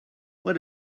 what